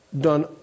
done